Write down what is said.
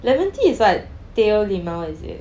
lemon tea is what teh O limau is it